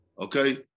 okay